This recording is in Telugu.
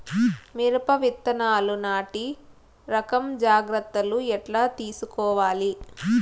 మిరప విత్తనాలు నాటి రకం జాగ్రత్తలు ఎట్లా తీసుకోవాలి?